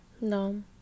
no